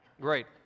Great